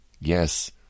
Yes